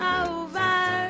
over